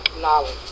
knowledge